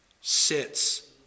sits